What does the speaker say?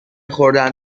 خوردن